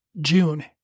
June